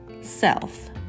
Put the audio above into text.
self